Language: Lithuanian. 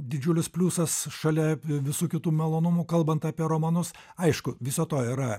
didžiulis pliusas šalia visų kitų malonumų kalbant apie romanus aišku viso to yra